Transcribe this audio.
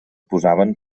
posaven